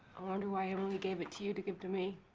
i wonder why emily gave it to you to give to me.